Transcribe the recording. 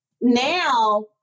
Now